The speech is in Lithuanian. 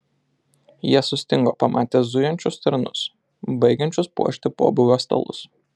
jie sustingo pamatę zujančius tarnus baigiančius puošti pobūvio stalus